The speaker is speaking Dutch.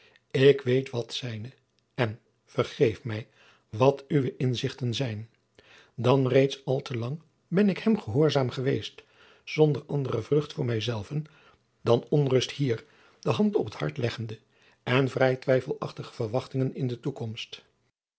ik weet wat zijne en vergeef mij wat uwe inzichten zijn dan reeds al te lang ben ik hem gehoorzaam geweest zonder andere vrucht voor mij zelven dan onrust hier de hand op het hart leggende en vrij twijfelachtige verwachtingen in de toekomst